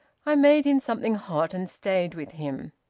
i made him something hot and stayed with him.